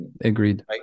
Agreed